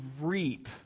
reap